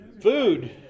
Food